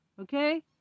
okay